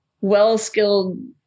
well-skilled